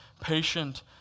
patient